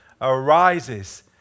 arises